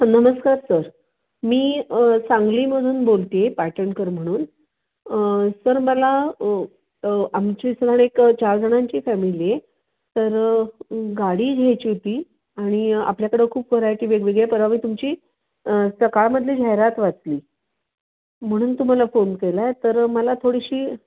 नमस्कार सर मी सांगलीमधून बोलते आहे पाटणकर म्हणून सर मला आमच्या इथं एक चारजणांची फॅमिली आहे तर गाडी घ्यायची होती आणि आपल्याकडं खूप व्हरायटी वेगवेगळ्या परवा मी तुमची सकाळमधली जाहिरात वाचली म्हणून तुम्हाला फोन केला आहे तर मला थोडीशी